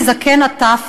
מזקן ועד טף,